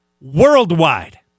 Worldwide